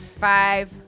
Five